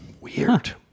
Weird